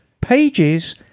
pages